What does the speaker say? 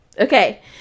Okay